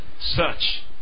search